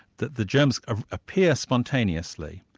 that the germs ah appear spontaneously,